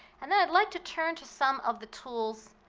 and then, i'd like to turn to some of the tools,